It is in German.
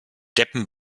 deppen